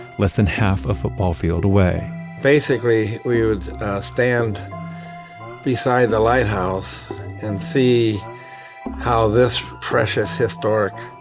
less than half a football field away basically, we would stand beside the lighthouse and see how this precious historic